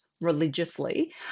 religiously